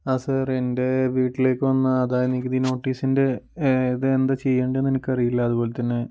ആ സാർ എൻ്റെ വീട്ടിലേക്ക് വന്ന ആദായ നികുതി നോട്ടീസിൻ്റെ ഇതെന്താ ചെയ്യേണ്ടതെന്ന് എനിക്കറിയില്ല അതുപോലെത്തന്നെ